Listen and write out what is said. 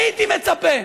הייתי מצפה,